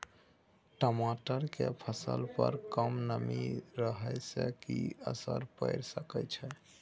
टमाटर के फसल पर कम नमी रहै से कि असर पैर सके छै?